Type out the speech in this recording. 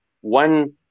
one